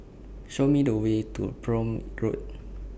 Show Me The Way to Prome Road